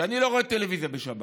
ואני לא רואה טלוויזיה בשבת.